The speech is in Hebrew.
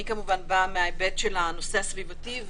כמובן שאני באה מההיבט של הנושא הסביבתי,